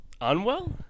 unwell